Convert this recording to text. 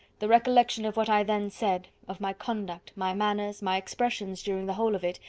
the recollection of what i then said, of my conduct, my manners, my expressions during the whole of it,